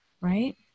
right